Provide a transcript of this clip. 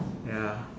ya